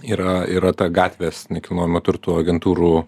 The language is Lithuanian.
yra yra ta gatvės nekilnojamo turto agentūrų